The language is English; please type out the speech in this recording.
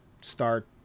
start